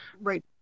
right